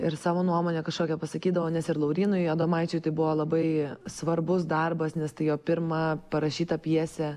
ir savo nuomonę kažkokią pasakydavo nes ir laurynui adomaičiui tai buvo labai svarbus darbas nes tai jo pirma parašyta pjesė